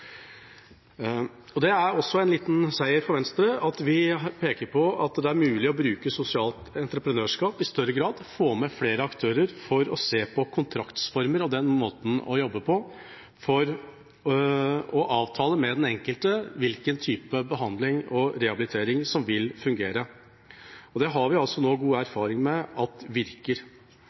Det er også en liten seier for Venstre at vi peker på at det er mulig å bruke sosialt entreprenørskap i større grad og få med flere aktører for å se på kontraktsformer og den måten å jobbe på for å avtale med den enkelte hvilken type behandling og rehabilitering som vil fungere. Det har vi nå god erfaring med at virker.